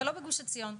ולא בגוש עציון.